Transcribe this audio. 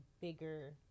bigger